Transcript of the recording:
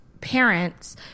parents